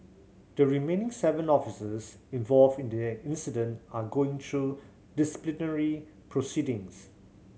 the remaining seven officers involved in the incident are going through disciplinary proceedings